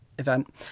event